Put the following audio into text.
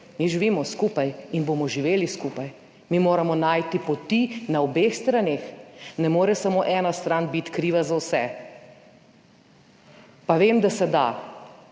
Mi živimo skupaj in bomo živeli skupaj. Mi moramo najti poti na obeh straneh. Ne more samo ena stran biti kriva za vse. Pa vem, da se da,